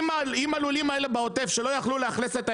אם הלולים האלה בעוטף שלא יכלו לאכלס את האפרוחים,